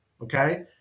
okay